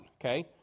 okay